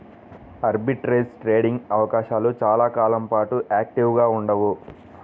arbitrage trading అవకాశాలు చాలా కాలం పాటు యాక్టివ్గా ఉండవు